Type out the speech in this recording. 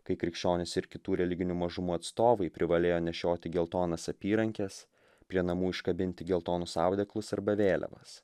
kai krikščionys ir kitų religinių mažumų atstovai privalėjo nešioti geltonas apyrankes prie namų iškabinti geltonus audeklus arba vėliavas